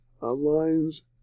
lines